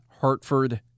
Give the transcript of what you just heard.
Hartford